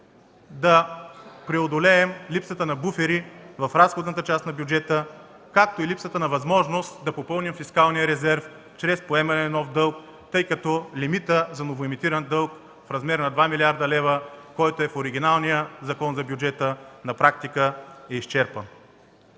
да преодолеем липсата на буфери в разходната част на бюджета, както и липсата на възможност да попълним фискалния резерв чрез поемане на нов дълг, тъй като лимитът за новоемитиран дълг в размер на 2 млрд. лв., който е в оригиналния Закон за бюджета, на практика е изчерпан.